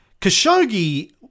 Khashoggi